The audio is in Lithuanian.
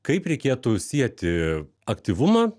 kaip reikėtų sieti aktyvumą